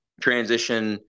transition